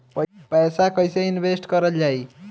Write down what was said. पैसा कईसे इनवेस्ट करल जाई?